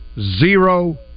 zero